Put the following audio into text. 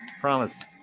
Promise